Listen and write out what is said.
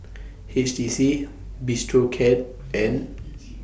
H T C Bistro Cat and